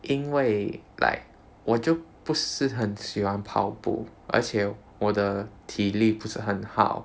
因为 like 我就不是很喜欢跑步而且我的体力不是很好